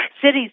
cities